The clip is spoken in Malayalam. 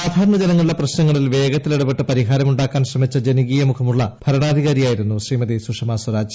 സാധാരണ ജനങ്ങളുടെ പ്രശ്നങ്ങളിൽ വേഗത്തിൽ ഇടപ്പെട്ട് പരിഹാരം ഉണ്ടാക്കാൻ ശ്രമിച്ച ജനകീയ മുഖമുള്ള ഭരണാധികാരിയായിരുന്നു സുഷമ സ്വരാജ്